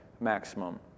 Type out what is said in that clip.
maximum